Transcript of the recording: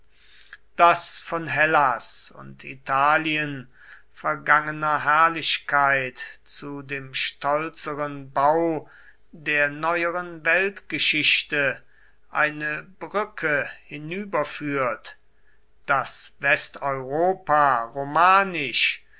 daß von hellas und italien vergangener herrlichkeit zu dem stolzeren bau der neueren weltgeschichte eine brücke hinüberführt daß westeuropa romanisch